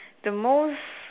the most